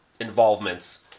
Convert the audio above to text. involvements